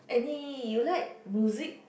any you like music